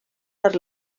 per